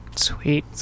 sweet